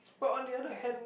but on the other hand